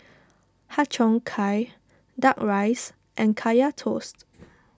Har Cheong Gai Duck Rice and Kaya Toast